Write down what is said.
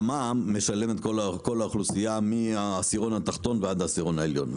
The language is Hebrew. את המע"מ משלמת כל האוכלוסייה מהעשירון התחתון ועד העשירון העליון.